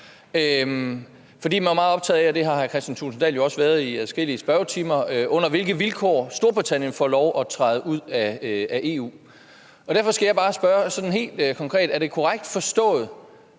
fordi man var meget optaget af – hvilket hr. Kristian Thulesen Dahl jo også har været i adskillige spørgetimer – under hvilke vilkår Storbritannien får lov til at træde ud af EU. Derfor skal jeg bare helt konkret spørge om noget: Er det korrekt forstået,